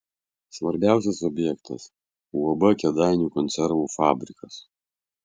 svarbiausias objektas uab kėdainių konservų fabrikas